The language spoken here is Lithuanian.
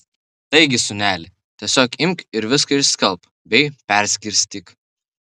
taigi sūneli tiesiog imk ir viską išskalbk bei perskirstyk